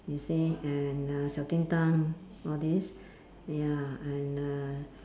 you say and uh 小叮当 all these ya and uh